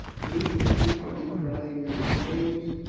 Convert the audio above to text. meat was speedily frying in the flames,